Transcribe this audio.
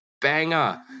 banger